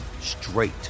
straight